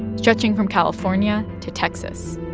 stretching from california to texas.